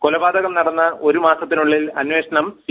കൊലപാതകം നടന്ന് ഒരു മാസത്തിനുള്ളിൽ അന്വേഷണം സി